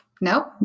Nope